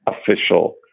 official